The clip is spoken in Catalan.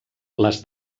les